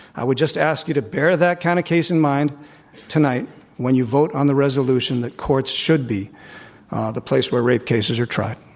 i would just ask you to bear that kind of case in mind tonight when you vote on the resolution that courts should be the place where rape cases are tried.